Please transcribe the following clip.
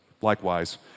likewise